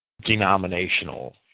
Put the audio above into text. denominational